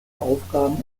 aufgaben